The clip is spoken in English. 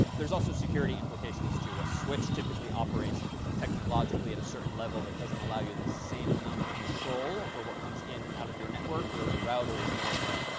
there's also security implications too. a switch typically operates technologically at a certain level that doesn't allow you the same amount of control over what comes in and out of your network. whereas a router is more of a